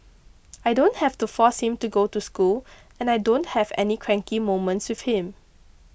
I don't have to force him to go to school and I don't have any cranky moments with him